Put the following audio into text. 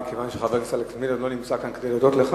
מכיוון שחבר הכנסת אלכס מילר לא נמצא כאן כדי להודות לך,